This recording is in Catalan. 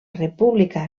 república